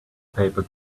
paper